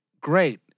great